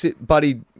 Buddy